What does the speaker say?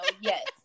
yes